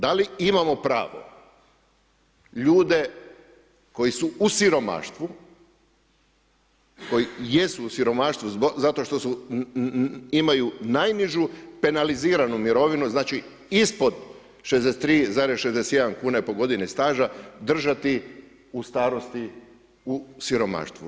Da li imamo pravo ljude koji su u siromaštvu, koji jesu u siromaštvu zato što imaju najnižu penaliziranu mirovinu, znači ispod 63,61 kune po godini staža držati u starosti u siromaštvu?